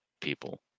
people